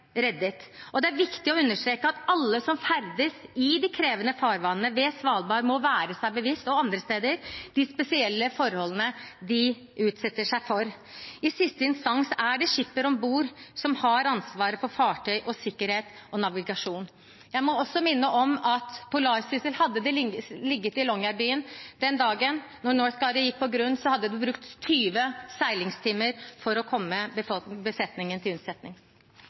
reddet. Og det er viktig å understreke at alle som ferdes i de krevende farvannene ved Svalbard og andre steder, må være seg bevisst de spesielle forholdene de utsetter seg for. I siste instans er det skipperen om bord som har ansvaret for fartøy, sikkerhet og navigasjon. Jeg må også minne om at hadde «Polarsyssel» ligget i Longyearbyen den dagen da «Northguider» gikk på grunn, hadde den brukt 20 seilingstimer for å komme besetningen til unnsetning.